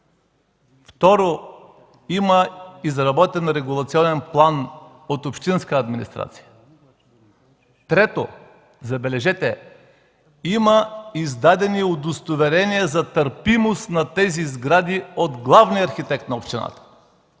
Има изработен регулационен план от общинската администрация. Трето, забележете, има издадени удостоверения за търпимост на тези сгради от главния архитект на общината.